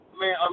Man